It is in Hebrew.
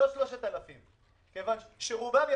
אם אתה שם 6 מיליארד שקלים ובשוליים אולי 10% מהיעד שלך מומש,